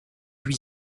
huit